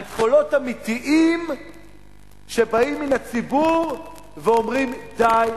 קולות אמיתיים שבאים מן הציבור ואומרים: די,